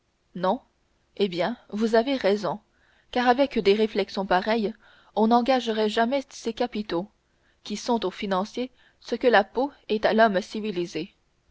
non eh bien vous avez raison car avec des réflexions pareilles on n'engagerait jamais ses capitaux qui sont au financier ce que la peau est à l'homme civilisé